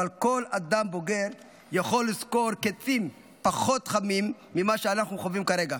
אבל כל אדם בוגר יכול לזכור קיצים פחות חמים ממה שאנחנו חווים כרגע.